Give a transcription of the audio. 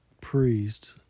Priest